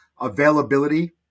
availability